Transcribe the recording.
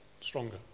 stronger